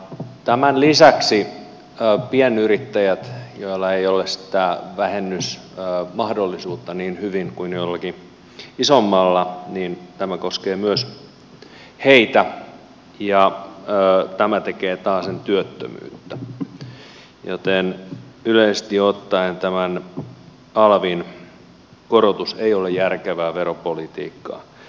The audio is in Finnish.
tämän lisäksi tämä koskee myös pienyrittäjiä joilla ei ole sitä vähennysmahdollisuutta niin hyvin kuin olki ja samalla niin tämä jollakin isommalla ja tämä tekee taas työttömyyttä joten yleisesti ottaen alvin korotus ei ole järkevää veropolitiikkaa